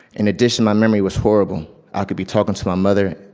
in addition, my memory was horrible. i could be talking to my mother,